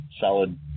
solid